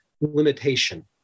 limitation